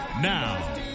Now